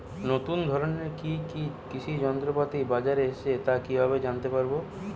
নতুন ধরনের কি কি কৃষি যন্ত্রপাতি বাজারে এসেছে তা কিভাবে জানতেপারব?